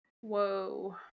Whoa